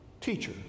Teacher